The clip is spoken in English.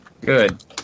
Good